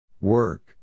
Work